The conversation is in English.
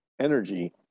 energy